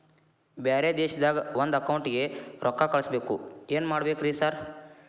ಬ್ಯಾರೆ ದೇಶದಾಗ ಒಂದ್ ಅಕೌಂಟ್ ಗೆ ರೊಕ್ಕಾ ಕಳ್ಸ್ ಬೇಕು ಏನ್ ಮಾಡ್ಬೇಕ್ರಿ ಸರ್?